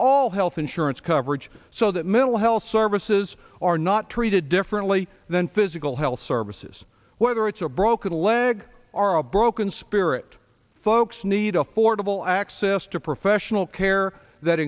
all health insurance coverage so that mental health services are not treated differently than physical health services whether it's a broken leg or a broken spirit folks need affordable access to professional care that